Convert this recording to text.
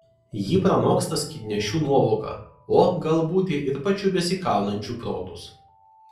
ji pranoksta skydnešių nuovoką o gal būti ir pačių besikaunančių protus